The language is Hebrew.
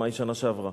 במאי בשנה שעברה.